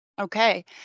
Okay